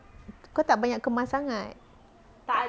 kau tak payah banyak kemas sangat